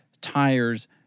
tires